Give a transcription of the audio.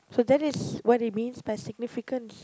so that is what it means by significance